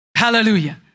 Hallelujah